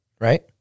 right